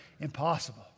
impossible